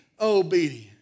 obedient